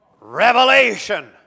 revelation